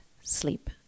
sleep